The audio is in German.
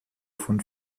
von